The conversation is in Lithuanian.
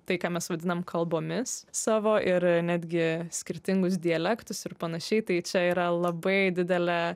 tai ką mes vadinam kalbomis savo ir netgi skirtingus dialektus ir panašiai tai čia yra labai didelė